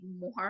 more